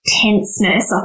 tenseness